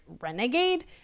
renegade